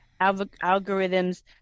algorithms